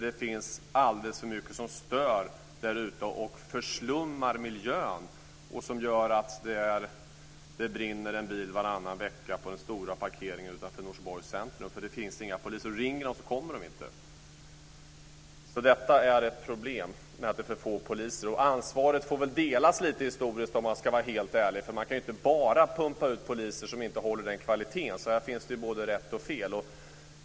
Det finns alldeles för mycket som stör där ute, som förslummar miljön och som gör att det brinner en bil varannan vecka på den stora parkeringen utanför Norsborgs centrum, för det finns inga poliser. Ringer man så kommer de inte. Att det är för få poliser är ett problem. Ansvaret får väl delas, lite historiskt sett, om jag ska vara helt ärlig. Men man kan inte bara pumpa ut poliser som inte håller kvaliteten. Här finns både rätt och fel.